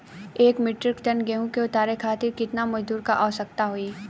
एक metric ton गेहूँ के उतारे खातीर कितना मजदूर क आवश्यकता होई?